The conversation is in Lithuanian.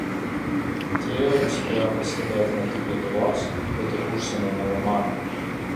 trio jau spėjo pastebėti ne tik lietuvos bet ir užsienio melomanai